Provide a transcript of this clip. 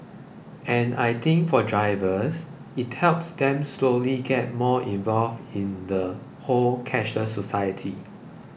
and I think for drivers it helps them slowly get more involved in the whole cashless society